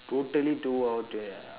totally two hour today ah